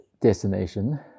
destination